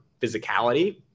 physicality